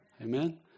Amen